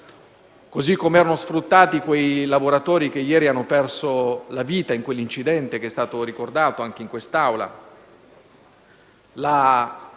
Così come erano sfruttati quei lavoratori che ieri hanno perso la vita nell'incidente che è stato ricordato anche in quest'Aula: è